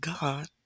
God